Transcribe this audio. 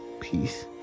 Peace